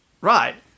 right